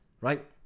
right